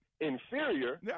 inferior